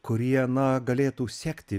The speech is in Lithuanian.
kurie na galėtų sekti